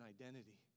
identity